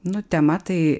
nu tema tai